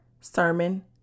Sermon